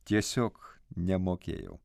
tiesiog nemokėjau